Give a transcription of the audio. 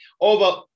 over